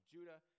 Judah